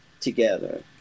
together